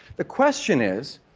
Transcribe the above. the question is,